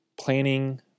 planning